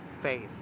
faith